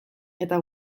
eta